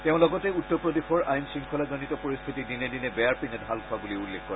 তেওঁ লগতে উত্তৰ প্ৰদেশৰ আইন শংখলাজনিত পৰিস্থিতি দিনে দিনে বেয়াৰ পিনে ঢাল খোৱা বুলি উল্লেখ কৰে